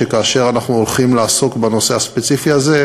כאשר אנחנו הולכים לעסוק בנושא הספציפי הזה,